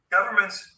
Governments